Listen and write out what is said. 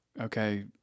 okay